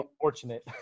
fortunate